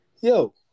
yo